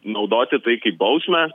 naudoti tai kaip bausmę